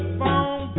phone